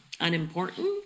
unimportant